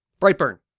Brightburn